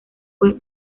fue